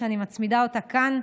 שאני מצמידה אותה כאן,